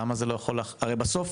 הרי בסוף,